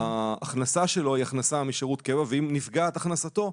ההכנסה שלו היא הכנסה משירות קבע ואם נפגעת הכנסתו,